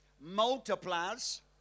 multiplies